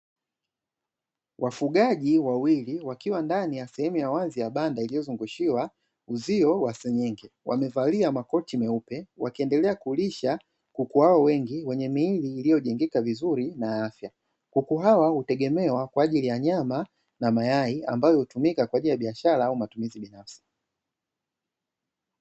Wafugaji wawili wakiwa ndani ya sehemu ya wazi ya banda iliyozungushiwa uzio wa senyenge, wamevalia makoti meupe, wakiendelea kulisha kuku wao wengi wenye miili iliyojengeka vizuri na afya, kuku hawa hutegemewa kwa ajili ya nyama na mayai ambayo hutegemewa kwa ajili ya nyama na mayai ambayo hutumika kwa ajili ya biashara au matumizi binafsi.